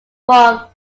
from